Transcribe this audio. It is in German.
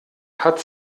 hat